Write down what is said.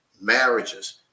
marriages